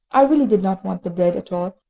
i really did not want the bread at all,